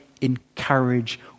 encourage